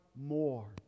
more